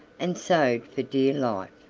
and sewed for dear life.